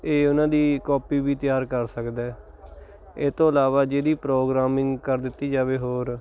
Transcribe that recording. ਇਹ ਉਨ੍ਹਾਂ ਦੀ ਕੌਪੀ ਵੀ ਤਿਆਰ ਕਰ ਸਕਦਾ ਹੈ ਇਹ ਤੋਂ ਇਲਾਵਾ ਵੀ ਜੇ ਇਹਦੀ ਪ੍ਰੋਗਰਾਮਿੰਗ ਕਰ ਦਿੱਤੀ ਜਾਵੇ ਹੋਰ